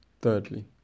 Thirdly